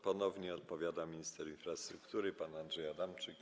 Ponownie odpowiada minister infrastruktury pan Andrzej Adamczyk.